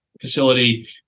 facility